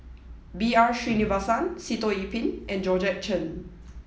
B R Sreenivasan Sitoh Yih Pin and Georgette Chen